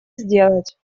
сделать